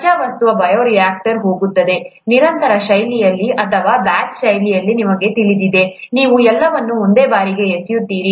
ಕಚ್ಚಾ ವಸ್ತುವು ಬಯೋರಿಯಾಕ್ಟರ್ಗೆ ಹೋಗುತ್ತದೆ ನಿರಂತರ ಶೈಲಿಯಲ್ಲಿ ಅಥವಾ ಬ್ಯಾಚ್ ಶೈಲಿಯಲ್ಲಿ ನಿಮಗೆ ತಿಳಿದಿದೆ ನೀವು ಎಲ್ಲವನ್ನೂ ಒಂದೇ ಬಾರಿಗೆ ಎಸೆಯುತ್ತೀರಿ